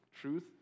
truth